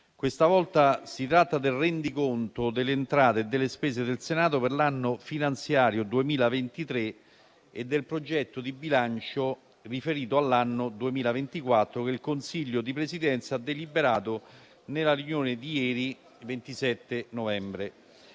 Questa volta si tratta del rendiconto delle entrate e delle spese del Senato per l'anno finanziario 2023 e del progetto di bilancio riferito all'anno 2024, che il Consiglio di Presidenza ha deliberato nella riunione di ieri 27 novembre.